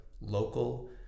local